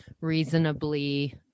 reasonably